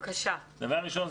דבר ראשון,